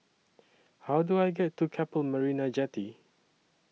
How Do I get to Keppel Marina Jetty